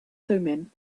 thummim